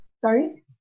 Sorry